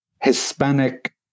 Hispanic